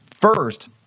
first—